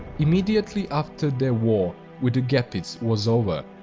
immediately after their war with the gepids was over,